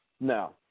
No